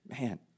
man